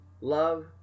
love